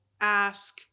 ask